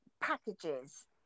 packages